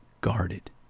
guarded